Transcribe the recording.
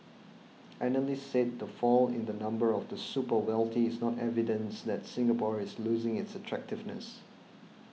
analysts said the fall in the number of the super wealthy is not evidence that Singapore is losing its attractiveness